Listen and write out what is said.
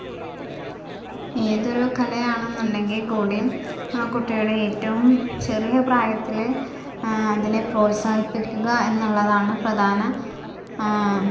ഏതൊരു കലയാണെന്ന് ഉണ്ടെങ്കിൽ ക്കൂടി ആ കുട്ടിയുടെ ഏറ്റവും ചെറിയ പ്രായത്തില് അതിനേ പ്രോത്സാഹിപ്പിക്കുക എന്നുള്ളതാണ് പ്രധാന